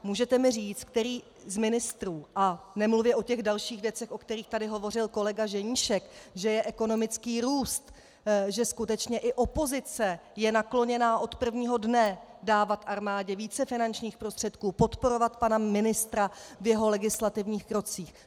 Můžete mi říct, který z ministrů a nemluvě o těch dalších věcech, o kterých tady hovořil kolega Ženíšek, že je ekonomický růst, že skutečně i opozice je nakloněna od prvního dne dávat armádě více finančních prostředků, podporovat pana ministra v jeho legislativních krocích.